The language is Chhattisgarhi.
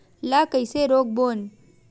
ला कइसे रोक बोन?